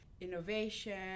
innovation